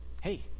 Hey